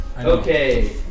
Okay